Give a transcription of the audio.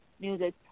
music